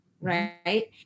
right